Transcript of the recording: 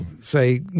say –